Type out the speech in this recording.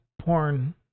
porn